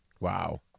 Wow